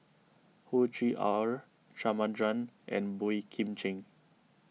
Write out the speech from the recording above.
Hoey Choo R and Boey Kim Cheng